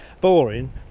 Boring